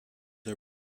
are